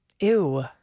Ew